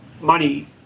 money